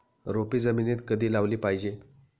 रोपे जमिनीत कधी लावली पाहिजे?